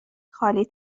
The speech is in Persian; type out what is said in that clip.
خالی